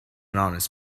honest